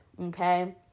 okay